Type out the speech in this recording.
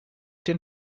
den